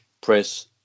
press